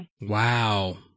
Wow